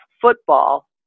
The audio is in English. football